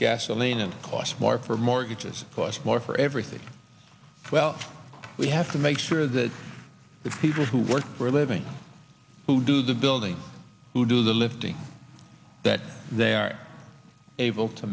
gasoline and costs more for mortgages cost more for everything well we have to make sure that the people who work for a living who do the building who do the lifting that they are able to